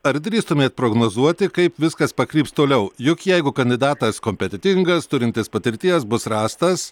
ar drįstumėt prognozuoti kaip viskas pakryps toliau juk jeigu kandidatas kompetentingas turintis patirties bus rastas